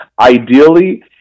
ideally